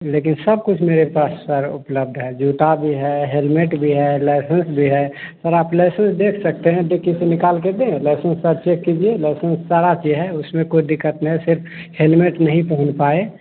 लेकिन सब कुछ मेरे पास सर उपलब्ध है जूता भी हेलमेट है लाइसेंस भी है सर आप लाइसेंस देख सकते हैं डिक्की से निकाल के दे लाइसेंस सब चेक कीजिए लाइसेंस सारा चीज है उसमें कोई दिक्कत नहीं सिर्फ हेलमेट नहीं पहन पाए